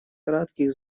кратких